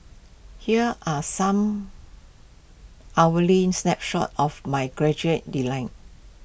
here are some hourly snapshots of my graduate deny